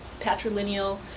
patrilineal